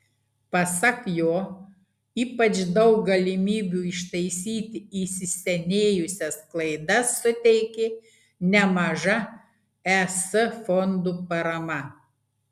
pasak jo ypač daug galimybių ištaisyti įsisenėjusias klaidas suteikė nemaža es fondų parama